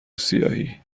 سیاهی